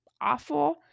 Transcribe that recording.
awful